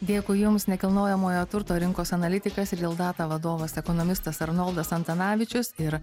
dėkui jums nekilnojamojo turto rinkos analitikas real data vadovas ekonomistas arnoldas antanavičius ir